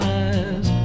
eyes